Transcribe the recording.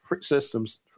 systems